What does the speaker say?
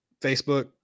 Facebook